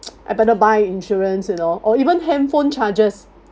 I better buy insurance you know or even handphone charges